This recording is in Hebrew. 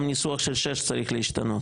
גם הניסוח של סעיף 6 צריך להשתנות.